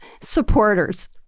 supporters